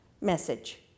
message